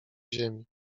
ziemi